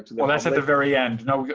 well that's at the very end, now,